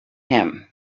him